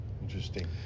Interesting